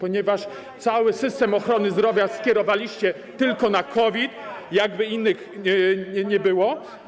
ponieważ cały system ochrony zdrowia skierowaliście tylko na COVID, jakby innych nie było.